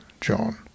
John